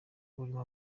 burimo